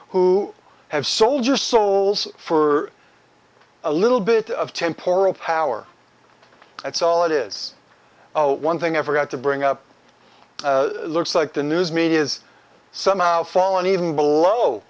who have sold your souls for a little bit of temporal power that's all it is one thing i forgot to bring up looks like the news media is somehow fallen even below